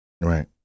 Right